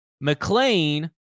McLean